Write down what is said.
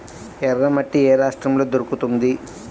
ఎర్రమట్టి ఏ రాష్ట్రంలో దొరుకుతుంది?